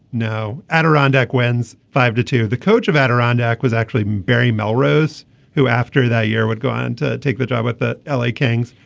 no adirondack wins five to two. the coach of adirondack was actually barry melrose who after that year would go on to take the job with the l a. kings.